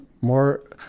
more